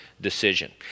Decision